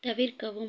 தவிர்க்கவும்